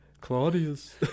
Claudius